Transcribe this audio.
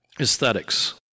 aesthetics